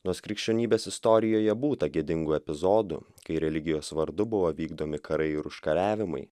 nors krikščionybės istorijoje būta gėdingų epizodų kai religijos vardu buvo vykdomi karai ir užkariavimai